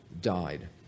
died